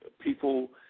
people